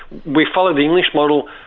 we follow the english model,